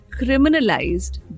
criminalized